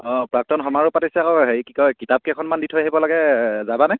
অঁ প্ৰাক্তন সমাৰোহ পাতিছে আকৌ হেৰি কি কয় কিতাপকেইখনমান দি থৈ আহিব লাগে যাবানে